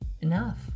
Enough